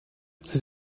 ces